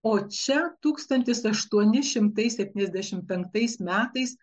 o čia tūkstantis aštuoni šimtai septyniasdešimt penktais metais